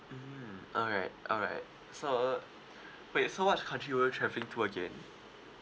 alright alright so uh wait so what country were you travelling to again